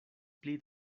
pli